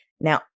now